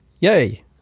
yay